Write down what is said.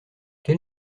quel